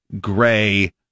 gray